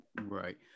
Right